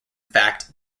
fact